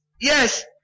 Yes